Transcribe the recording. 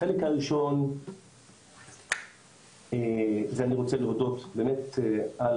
החלק הראשון זה אני רוצה להודות באמת על